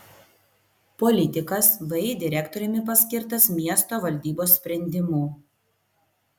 politikas vį direktoriumi paskirtas miesto valdybos sprendimu